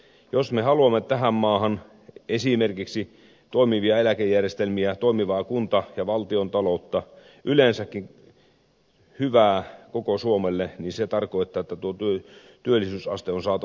jos me haluamme tähän maahan esimerkiksi toimivia eläkejärjestelmiä toimivaa kunta ja valtiontaloutta yleensäkin hyvää koko suomelle niin se tarkoittaa että tuo työllisyysaste on saatava nousemaan